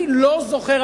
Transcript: אני לא זוכר,